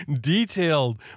detailed